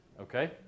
Okay